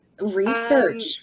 Research